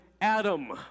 Adam